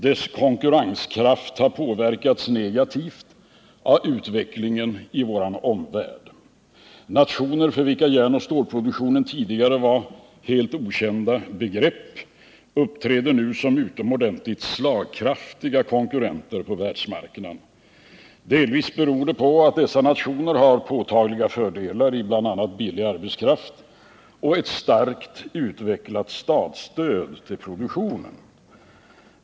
Dess konkurrenskraft har påverkats negativt av utvecklingen i vår omvärld. Nationer, för vilka järnoch stålproduktion tidigare varit helt okända begrepp, uppträder nu såsom utomordentligt slagkraftiga konkurrenter på världsmarknaden. Delvis beror det på att dessa nationer har påtagliga fördelar i bl.a. billig arbetskraft och ett starkt utvecklat statsstöd till produktionen.